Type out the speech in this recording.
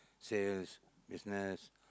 sales business